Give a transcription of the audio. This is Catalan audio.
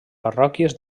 parròquies